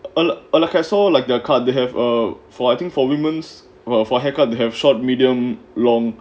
and like I saw like their card they have a I think for women's for haircut have short medium long